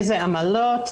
איזה עמלות.